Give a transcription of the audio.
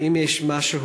האם יש משהו,